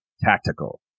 tactical